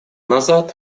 назад